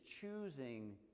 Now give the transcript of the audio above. choosing